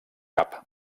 cap